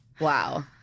Wow